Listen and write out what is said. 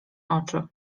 oczy